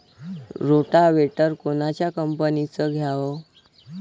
Rotavator कोनच्या कंपनीचं घ्यावं?